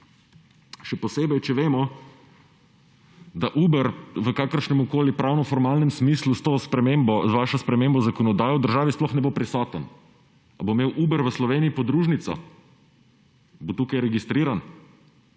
Še posebej, če vemo, da Uber v kakršnemkoli pravno-formalnem smislu s to vašo spremembo zakonodaje v državi sploh ne bo prisoten. Ali bo imel Uber v Sloveniji podružnico, bo tukaj registriran?